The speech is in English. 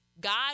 God